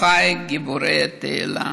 אחיי גיבורי התהילה.